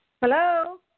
hello